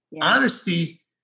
honesty